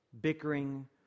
bickering